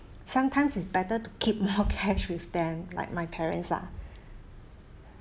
sometimes it's better to keep more cash with them like my parents lah